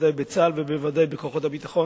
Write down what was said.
בוודאי בצה"ל ובוודאי בכוחות הביטחון.